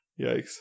Yikes